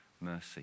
mercy